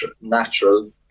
natural